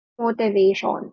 motivation